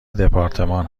دپارتمان